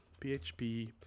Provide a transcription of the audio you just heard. PHP